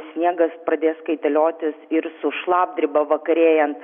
sniegas pradės kaitaliotis ir su šlapdriba vakarėjant